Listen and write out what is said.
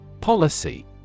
Policy